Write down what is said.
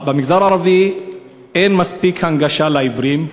במגזר הערבי אין מספיק הנגשה לעיוורים.